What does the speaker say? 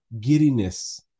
giddiness